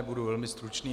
Budu velmi stručný.